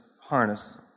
harness